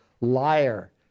liar